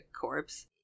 corpse